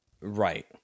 Right